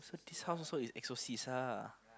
this house also is exorcist ah